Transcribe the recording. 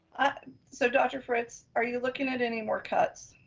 ah so dr. fritz, are you looking at any more cuts?